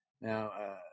now